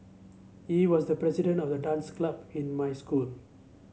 he was the president of the dance club in my school